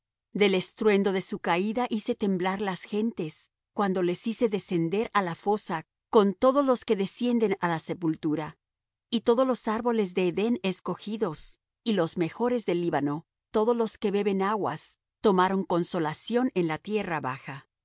del estruendo de su caída hice temblar las gentes cuando les hice descender á la fosa con todos los que descienden á la sepultura y todos los árboles de edén escogidos y los mejores del líbano todos los que beben aguas tomaron consolación en la tierra baja